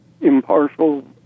impartial